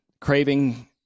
craving